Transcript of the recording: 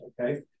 okay